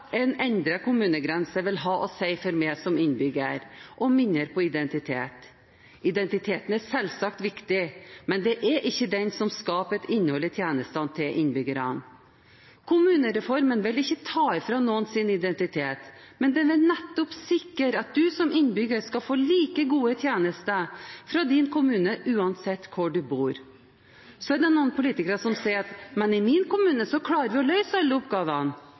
kommunegrense vil ha å si for meg som innbygger, og mindre fokus på identitet. Identitet er selvsagt viktig, men det er ikke den som skaper et innhold i tjenestene til innbyggerne. Kommunereformen vil ikke ta fra noen deres identitet, men den vil nettopp sikre at du som innbygger skal få like gode tjenester fra din kommune uansett hvor du bor. Så er det noen politikere som sier at i min kommune klarer vi å